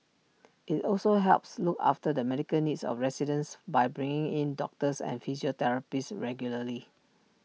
IT also helps look after the medical needs of residents by bringing in doctors and physiotherapists regularly